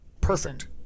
Perfect